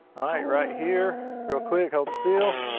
right. right here. real quick. hold still.